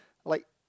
like